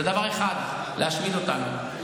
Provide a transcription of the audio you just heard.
זה דבר אחד: להשמיד אותנו.